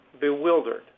bewildered